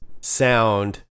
sound